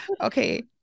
okay